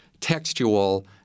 textual